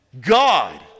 God